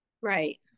Right